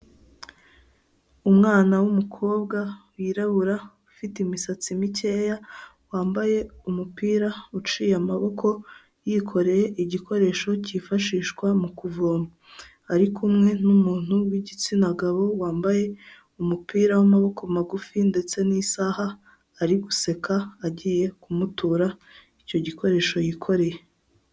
Umwana wumukobwa wirabura ufite imisatsi mikeya wambaye umupira uciye amaboko yikoreye igikoresho cyifashishwa mu kuvoma ari kumwe numuntu wiigitsina gabo wambaye umupira w'amaboko magufi ndetse nisaha ari guseka agiye kumutura icyo gikoresho yikoreye.